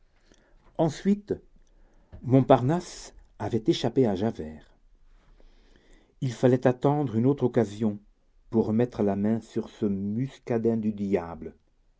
ensuite montparnasse avait échappé à javert il fallait attendre une autre occasion pour remettre la main sur ce muscadin du diable